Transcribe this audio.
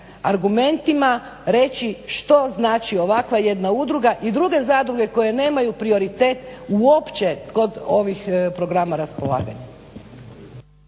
argumentima reći što znači ovakva jedna udruga i druge zadruge koje nemaju prioritet uopće kod ovih programa raspolaganja.